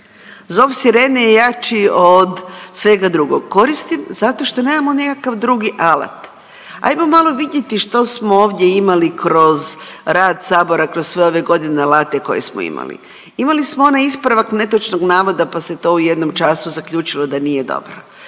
Zov sirene je jači od svega drugog, koristim zato što nemamo nekakav drugi alat. Ajmo malo vidjeti što smo ovdje imali kroz rad sabora, kroz sve ove godine alate koje smo imali. Imali smo onaj ispravak netočnog navoda pa se to u jednom času zaključilo da nije dobro.